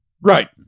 right